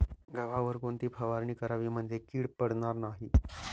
गव्हावर कोणती फवारणी करावी म्हणजे कीड पडणार नाही?